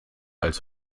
als